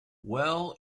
well